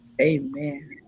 Amen